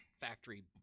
factory